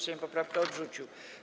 Sejm poprawkę odrzucił.